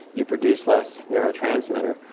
you produce less neurotransmitter.